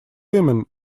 women